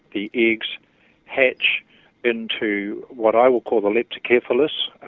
the eggs hatch into what i will call the leptocephalus,